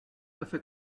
café